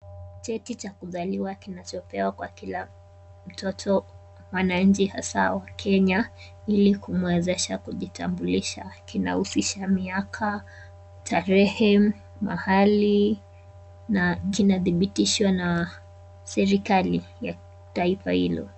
Cheti cha kuzaliwa kinachopewa kwa kila mtoto wananchi hasa wa Kenya ili kumwezesha kujitambulisha. Kinahusisha miaka, tarehe, mahali na jina dhibitishwa na serikali ya taifa hilo.